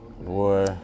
boy